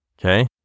okay